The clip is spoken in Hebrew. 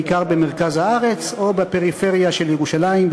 בעיקר במרכז הארץ או בפריפריה של ירושלים,